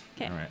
Okay